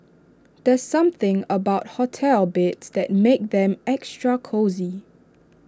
there's something about hotel beds that makes them extra cosy